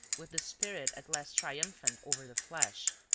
with the spirit at last triumphant over the flesh.